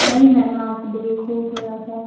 नहीं मैम आप देखो थोड़ा सा